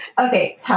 Okay